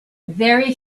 very